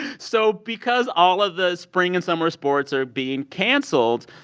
so because all of the spring and summer sports are being canceled,